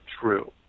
true